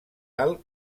alt